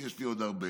כי יש לי עוד הרבה.